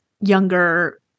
younger